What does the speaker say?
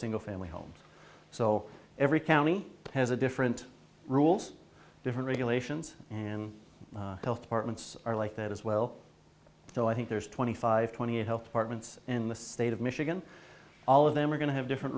single family homes so every county has a different rules different regulations and health departments are like that as well so i think there's twenty five twenty eight health departments in the state of michigan all of them are going to have different